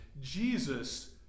Jesus